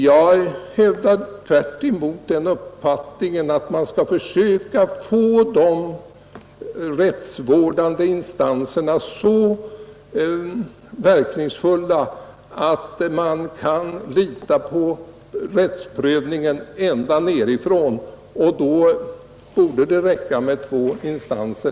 Jag hävdar tvärtemot den uppfattningen att man skall försöka få de rättsvårdande instanserna så verkningsfulla att man kan lita på rättsprövningen ända nerifrån, och då borde det räcka med två instanser.